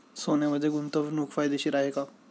सोन्यामध्ये गुंतवणूक फायदेशीर आहे का?